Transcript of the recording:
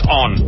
on